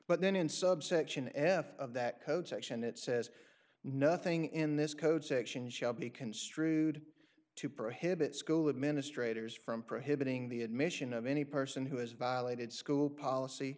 but then in subsection f of that code section it says nothing in this code section shall be construed to prohibit school administrators from prohibiting the admission of any person who has violated school policy